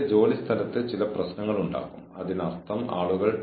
ഒരു അടുപ്പ് എന്താണെന്ന് നമുക്കെല്ലാവർക്കും അറിയാം